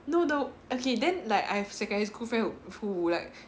no the okay then like I've secondary school friend who who like